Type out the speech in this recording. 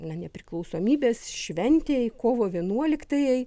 na nepriklausomybės šventei kovo vienuoliktajai